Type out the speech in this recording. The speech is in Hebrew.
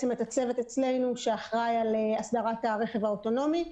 הצוות אצלנו שאחראי על אסדרת הרכב האוטונומי.